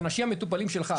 של אנשים המטופלים שלך.